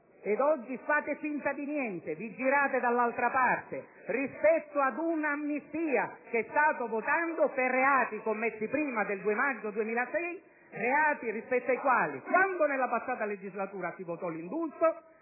E oggi fate finta di niente e vi girate dall'altra parte, rispetto ad un'amnistia che state votando per reati commessi prima del 2 maggio 2006, nei confronti dei quali, quando nella passata legislatura si votò l'indulto,